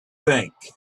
think